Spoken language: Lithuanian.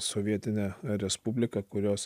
sovietinė respublika kurios